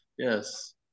Yes